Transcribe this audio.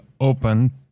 open